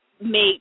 make